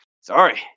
Sorry